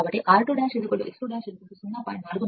కాబట్టి r2 x 2 0